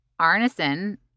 Arneson—